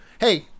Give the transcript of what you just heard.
Hey